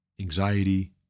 anxiety